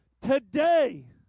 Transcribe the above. today